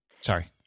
Sorry